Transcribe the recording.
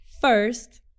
First